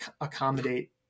accommodate